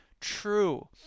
true